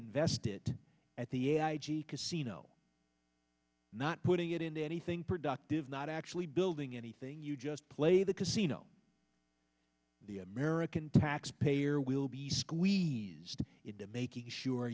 invest it at the i g casino not putting it into anything productive not actually building anything you just play the casino the american taxpayer will be squeezed into making sure